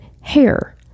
hair